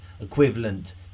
equivalent